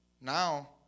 now